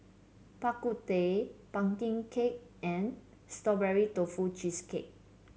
Bak Kut Teh pumpkin cake and Strawberry Tofu Cheesecake